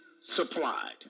supplied